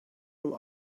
him